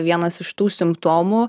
vienas iš tų simptomų